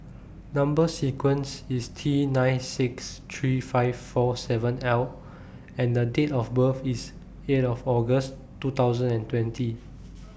Number sequence IS T nine six three five four seven L and The Date of birth IS eight of August two thousand and twenty